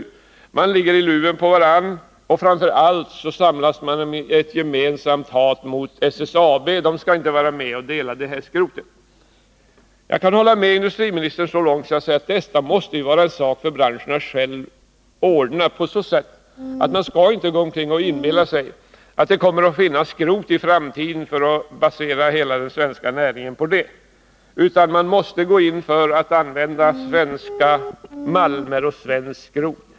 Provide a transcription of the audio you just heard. Parterna ligger i luven på varandra, och framför allt samlas man tydligen i ett gemensamt hat mot SSAB, som inte skall få vara med vid fördelningen av skrotet. Jag kan hålla med industriministern så långt som att detta måste vara en sak för branschen själv, men man skall inte gå omkring och inbilla sig att det kommer att finnas skrot i framtiden i den utsträckningen att man kan basera hela den svenska näringen på det, utan man måste gå in för att använda både svenska malmer och svenskt skrot.